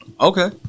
Okay